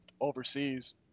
overseas